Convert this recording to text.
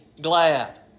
glad